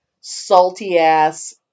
salty-ass